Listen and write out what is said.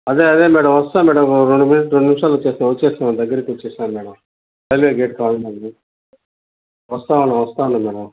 అదే అదే మేడం వస్తా మేడం రెండు రెండు నిమిషాల్లో వచ్చేస్తా వచ్చేస్తా దగ్గరికి వచ్చేసాను మేడం రైల్వే గేట్ కాడున్నాము వస్తూవున్నా వస్తూవున్నా మేడం